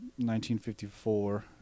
1954